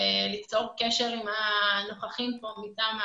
ליצור קשר עם הנוכחים כאן,